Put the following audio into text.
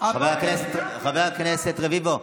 חבר הכנסת רביבו,